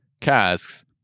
casks